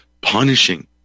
punishing